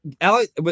alex